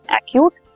acute